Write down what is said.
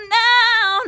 now